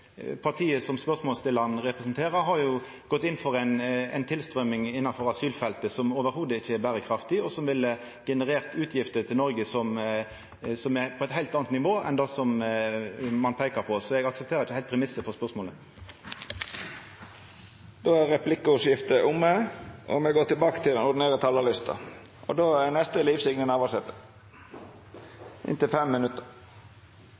Partiet som spørsmålsstillaren representerer, har jo gått inn for ei tilstrøyming på asylfeltet som ikkje er berekraftig i det heile, og som ville generert utgifter til Noreg som er på eit heilt anna nivå enn det ein peiker på. Så eg aksepterer ikkje heilt premissen for spørsmålet. Replikkordskiftet er omme. Eg vil i dag rette merksemda mot det som vert ei av dei aller viktigaste sakene på Stortinget i haust, den såkalla landmaktutgreiinga. Som folkevalde er